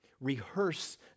Rehearse